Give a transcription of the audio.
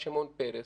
שמעון פרס,